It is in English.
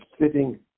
sitting